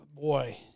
Boy